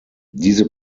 diese